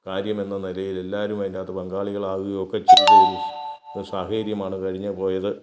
കാര്യമെന്ന നിലയിൽ എല്ലാവരും അതിൻ്റകത്ത് പങ്കാളികളാവുകയും ഒക്കെ ചെയ്യും ഒരു സാഹചര്യമാണ് കഴിഞ്ഞ് പോയത്